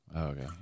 Okay